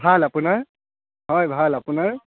ভাল আপোনাৰ হয় ভাল আপোনাৰ